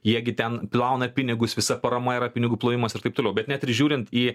jie gi ten plauna pinigus visa parama yra pinigų plovimas ir taip toliau bet net ir žiūrint į